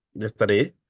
yesterday